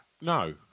No